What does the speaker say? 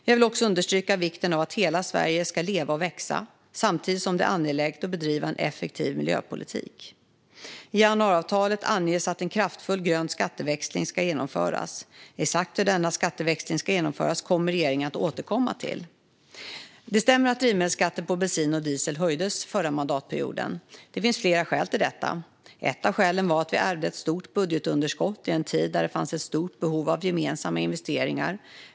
Jag vill också understryka vikten av att hela Sverige ska leva och växa, samtidigt som det är angeläget att bedriva en effektiv miljöpolitik. I januariavtalet anges att en kraftfull grön skatteväxling ska genomföras. Exakt hur denna skatteväxling ska genomföras kommer regeringen att återkomma till. Det stämmer att drivmedelsskatten på bensin och diesel höjdes förra mandatperioden. Det finns flera skäl till detta. Ett av skälen var att vi ärvde ett stort budgetunderskott i en tid när det fanns ett stort behov av gemensamma investeringar.